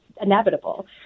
inevitable